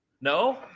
no